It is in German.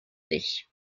dich